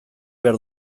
behar